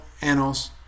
annals